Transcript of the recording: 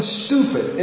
stupid